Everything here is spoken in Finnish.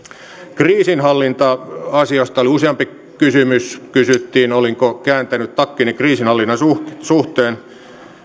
kriisinhallinta asiasta oli useampi kysymys kysyttiin olinko kääntänyt takkini kriisinhallinnan suhteen suhteen